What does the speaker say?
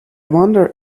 wonder